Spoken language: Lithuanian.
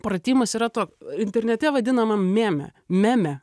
pratimas yra to internete vadinamam mėme meme